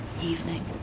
evening